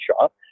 shop